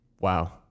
wow